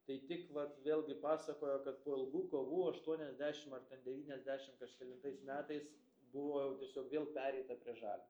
tai tik vat vėlgi pasakojo kad po ilgų kovų aštuoniasdešim ar ten devyniasdešim kažkelintais metais buvo jau tiesiog vėl pereita prie žalio